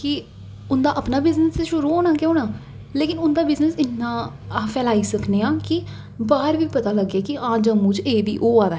कि उं'दा अपना बिजनस ते शुरू होना गै होना लेकिन उं'दा बिजनस इन्ना अह् फैलाई सकने आं कि बाह्र बी पता लग्गै की हां जम्मू च एह् बी होआ दा ऐ